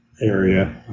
area